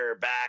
back